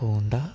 Honda